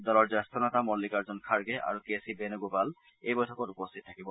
দলৰ জ্যেষ্ঠ নেতা মন্নিকাৰ্জুন খাৰ্গে আৰু কে চি বেণুগোপাল এই বৈঠকত উপস্থিত থাকিব